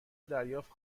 دریافت